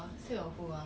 I find that we're